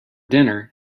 dinner